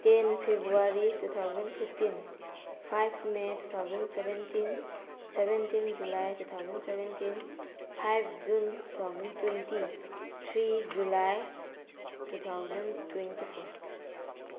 ten February two thousand fifteen five may two thousand seventeen seventeen July two thousand seventeen five June two thousand twenty three July two thousand twenty four